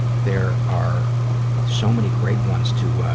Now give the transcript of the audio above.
there are so many great ones to, ah,